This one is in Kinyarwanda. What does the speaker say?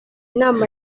inama